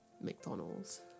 McDonald's